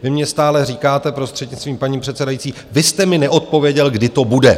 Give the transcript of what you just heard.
Vy mně stále říkáte, prostřednictvím paní předsedající: vy jste mi neodpověděl, kdy to bude!